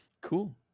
Cool